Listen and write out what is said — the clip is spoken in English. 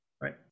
right